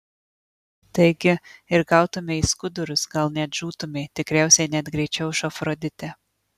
taigi ir gautumei į skudurus gal net žūtumei tikriausiai net greičiau už afroditę